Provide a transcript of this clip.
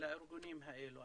לארגונים האלה.